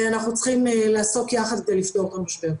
אנחנו צריכים לעשות יחד כדי לפתור את המשבר.